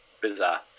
Bizarre